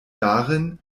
darin